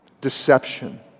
deception